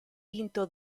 vinto